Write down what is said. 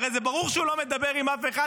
הרי זה ברור שהוא לא מדבר עם אף אחד,